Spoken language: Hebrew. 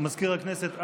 מזכיר הכנסת,